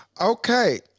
Okay